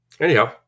Anyhow